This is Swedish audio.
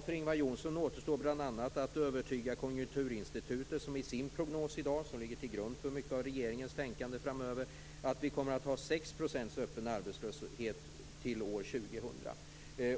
För Ingvar Johnsson återstår bl.a. att övertyga Konjunkturinstitutet, som i sin prognos i dag, vilken ligger till grund för mycket av regeringens tänkande framöver, anger att vi kommer att ha 6 % öppen arbetslöshet till år 2000.